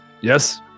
Yes